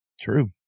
True